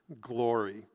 glory